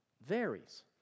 varies